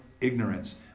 ignorance